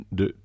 de